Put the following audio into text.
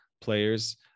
players